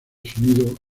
sonido